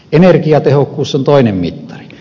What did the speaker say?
energiatehokkuus on toinen mittari